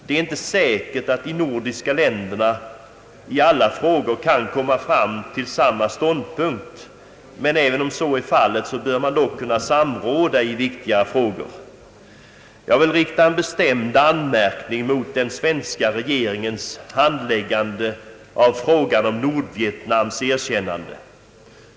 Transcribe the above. Det är inte säkert att de nordiska länderna i alla frågor kan komma fram till samma ståndpunkt, men även om så inte är fallet bör man dock kunna samråda i viktiga frågor. Jag vill rikta en bestämd anmärkning mot regeringens handläggande av frågan om Nordvietnams erkännande.